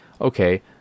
okay